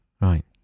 Right